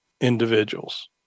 individuals